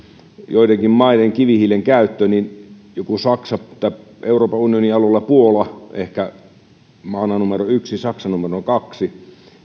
joidenkin maiden kivihiilen käytöstä niin en jaksa nyt äkkiä kuvitella keinoa millä ne sen ohittaisivat euroopan unionin alueella puola ehkä maana numero yksi ja saksa maana numero kaksi